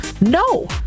no